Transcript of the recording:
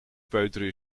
peuteren